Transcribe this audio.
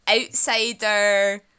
outsider